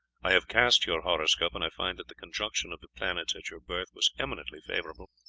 i have cast your horoscope, and i find that the conjunction of the planets at your birth was eminently favourable.